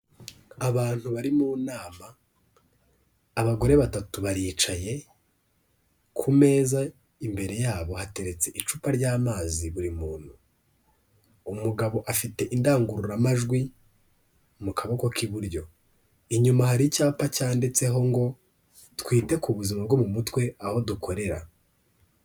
Abantu bari mu nama abagore batatu baricaye ku meza imbere yabo hateretse icupa ry'amazi buri muntu, umugabo afite indangururamajwi mu kaboko k'iburyo, inyuma hari icyapa cyanditseho ngo twite ku buzima bwo mu mutwe aho dukorera.